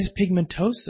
pigmentosa